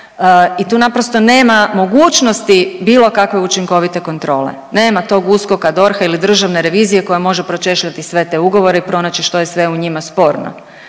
i tu naprosto nema mogućnosti bilo kakve učinkovite kontrole, nema tog USKOK-a, DORH-a ili Državne revizije koja može pročešljati sve te ugovore i pronaći što je sve u njima sporno,